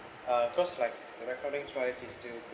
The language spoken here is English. uh cause like the recording twice is to